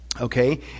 okay